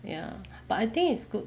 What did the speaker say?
ya but I think it's good